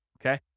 Okay